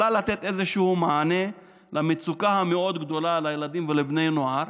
שיכולה לתת מענה למצוקה המאוד-גדולה של הילדים ובני נוער,